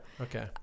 Okay